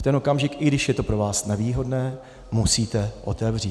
V ten okamžik, i když je to pro vás nevýhodné, musíte otevřít.